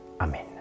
Amen